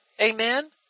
Amen